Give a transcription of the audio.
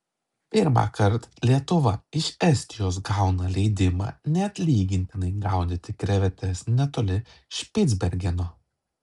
pirmąkart lietuva iš estijos gauna leidimą neatlygintinai gaudyti krevetes netoli špicbergeno